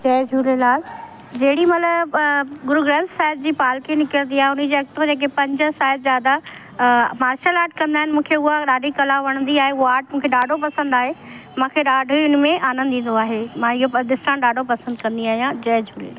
जय झूलेलाल जेॾी महिल गुरु ग्रंथ साहिब जी पाल्की निकंरदी आहे हुनजे अॻिते जेके पंज साहिबजादा मार्शल आर्ट कंदा आहिनि मूंखे उहा ॾाढी कला वणंदी आहे उहो आर्ट मूंखे ॾाढो पसंदि आहे मांखे ॾाढी हुन में आनंदु ईंदो आहे मां इहो प ॾिसण ॾाढो पसंदि कंदी आहियां जय झूलेलाल